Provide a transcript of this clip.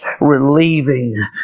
relieving